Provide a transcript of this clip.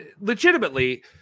legitimately